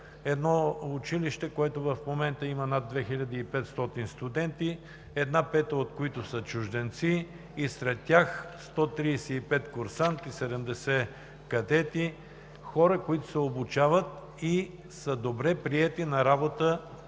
това училище в момента има над 2500 студенти, една пета от които са чужденци и сред тях 135 курсанти; 70 кадети – хора, които се обучават и са добре приети на работа